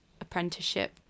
apprenticeship